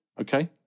Okay